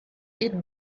eat